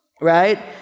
Right